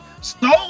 stole